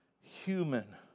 human